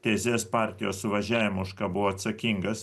tezes partijos suvažiavimo už ką buvo atsakingas